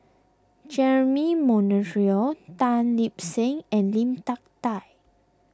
Jeremy Monteiro Tan Lip Seng and Lim Hak Tai